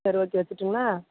சரி ஓகே வைச்சிரட்டுங்களா